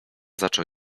zaczął